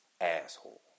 Asshole